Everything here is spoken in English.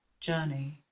journey